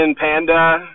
Panda